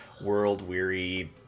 world-weary